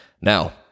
Now